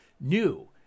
new